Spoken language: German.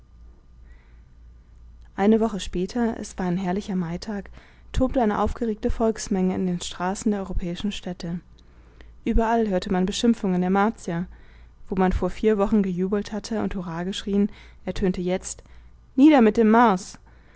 eine woche später es war ein herrlicher maitag tobte eine aufgeregte volksmenge in den straßen der europäischen städte überall hörte man beschimpfungen der martier wo man vor vier wochen gejubelt hatte und hurra geschrien ertönte jetzt nieder mit dem mars